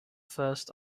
first